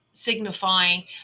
signifying